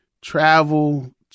travel